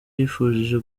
yifuje